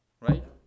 Right